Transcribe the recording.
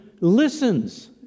listens